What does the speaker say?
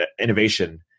innovation